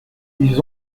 ils